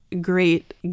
great